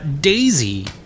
Daisy